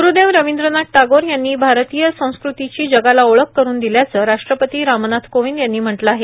ग्रदेव रवींद्रनाथ टागोर यांनी भारतीय संस्कृतीची जगाला ओळख करून दिल्याचं राष्ट्रपती रामनाथ कोविंद यांनी म्हटलं आहे